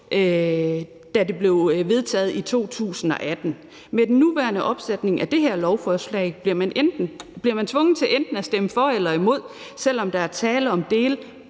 da det blev vedtaget i 2018. Med den nuværende opsætning af det her lovforslag bliver man tvunget til enten at stemme for eller imod, selv om der er tale om dele,